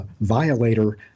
violator